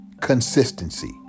Consistency